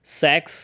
sex